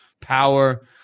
power